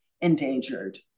endangered